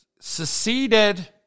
seceded